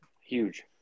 Huge